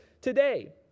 today